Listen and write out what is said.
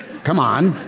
come on,